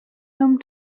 home